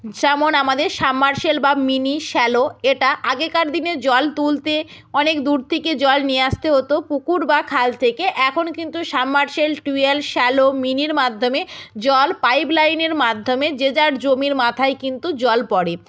যেমন আমাদের সাবমারসিবল বা মিনি শ্যালো এটা আগেকার দিনে জল তুলতে অনেক দূর থেকে জল নিয়ে আসতে হতো পুকুর বা খাল থেকে এখন কিন্তু সাবমারসিবল টুয়েল শ্যালো মিনির মাধ্যমে জল পাইপ লাইনের মাধ্যমে যে যার জমির মাথায় কিন্তু জল পড়ে